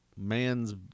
man's